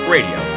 Radio